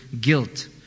guilt